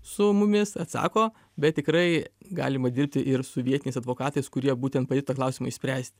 su mumis atsako bet tikrai galima dirbti ir su vietiniais advokatais kurie būtent padėtų tą klausimą išspręsti